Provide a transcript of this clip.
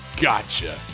Gotcha